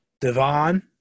Devon